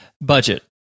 budget